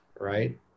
right